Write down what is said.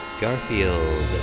Garfield